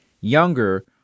younger